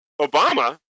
Obama